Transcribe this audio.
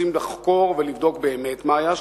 רוצים לחקור ולבדוק באמת מה היה שם,